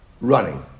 Running